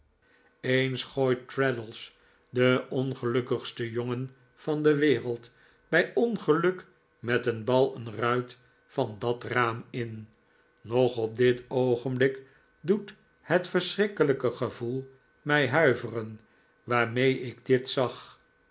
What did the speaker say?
de wereld bij ongeluk met een bal een rait van dat raam in nog op dit oogenblik doet het verschrikkelijke gevoel mij huiveren waarme'e ik dit zag